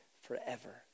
forever